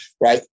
right